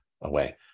away